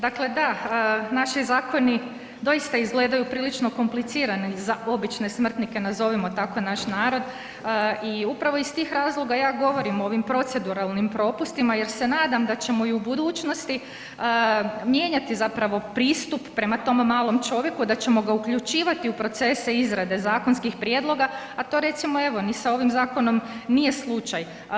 Dakle da, naši zakoni doista izgledaju prilično komplicirani za obične smrtnike nazovimo tako naš narod i upravo iz tih razloga ja govorim o ovim proceduralnim propustima jer se nadam da ćemo i u budućnosti mijenjati zapravo pristup prema tom malom čovjeku, da ćemo ga uključivati u procese izrade zakonskih prijedloga a to recimo evo ni sa ovim zakonom nije slučaj.